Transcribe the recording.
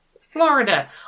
Florida